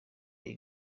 iyi